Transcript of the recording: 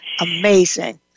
amazing